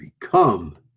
become